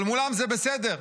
אבל מולם זה בסדר,